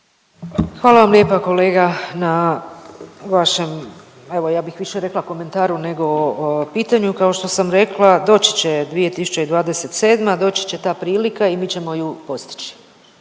Hvala vam lijepa kolega na vašem, evo ja bih više rekla komentaru nego pitanju. Kao što sam rekla doći će 2027., doći će ta prilika i mi ćemo ju postići.